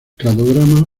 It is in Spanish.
cladograma